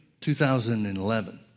2011